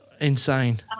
Insane